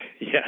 Yes